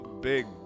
big